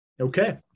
okay